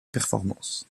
performance